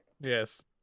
Yes